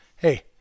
Hey